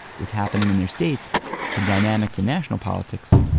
what's happening in their states to dynamics in national politics,